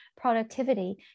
productivity